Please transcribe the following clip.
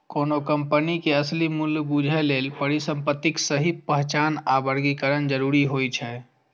कोनो कंपनी के असली मूल्य बूझय लेल परिसंपत्तिक सही पहचान आ वर्गीकरण जरूरी होइ छै